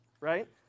right